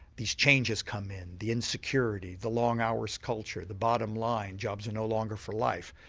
these changes come in, the insecurity, the long hours culture, the bottom line, jobs are no longer for life.